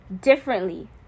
differently